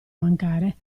mancare